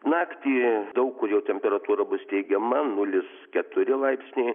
naktį daug kur jau temperatūra bus teigiama nulis keturi laipsniai